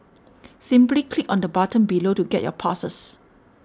simply click on the button below to get your passes